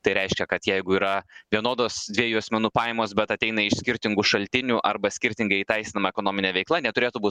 tai reiškia kad jeigu yra vienodos dviejų asmenų pajamos bet ateina iš skirtingų šaltinių arba skirtingai įteisinama ekonominė veikla neturėtų būt